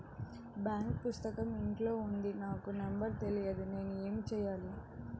Bank పుస్తకం ఇంట్లో ఉంది నాకు నంబర్ తెలియదు నేను ఏమి చెయ్యాలి?